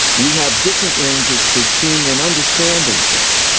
we have different ranges for seeing and understanding things.